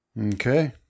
Okay